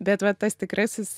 bet va tas tikrasis